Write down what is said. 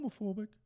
homophobic